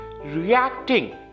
reacting